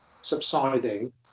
subsiding